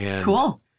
Cool